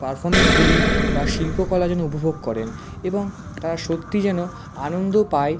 পারফমেন্সগুলি বা শিল্পকলা যেন উপভোগ করেন এবং তারা সত্যি যেন আনন্দ পায়